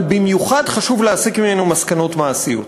אבל במיוחד חשוב להסיק ממנו מסקנות מעשיות.